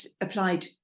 applied